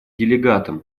делегатам